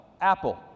Apple